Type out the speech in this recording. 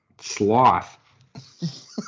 sloth